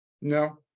No